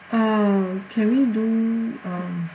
uh can we do um